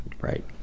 Right